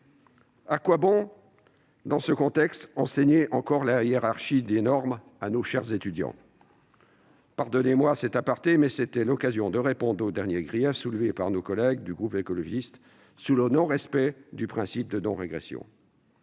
À quoi bon, dans ce contexte, continuer d'enseigner la hiérarchie des normes à nos chers étudiants ? Pardonnez-moi cet aparté, mais c'était l'occasion de répondre au dernier grief soulevé par nos collègues du groupe écologiste sur le non-respect du principe de non-régression.